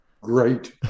great